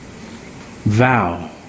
vow